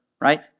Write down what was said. right